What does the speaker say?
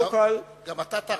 גם אתה תרמת,